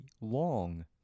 long